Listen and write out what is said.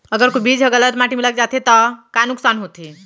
अगर कोई बीज ह गलत माटी म लग जाथे त का नुकसान होथे?